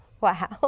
Wow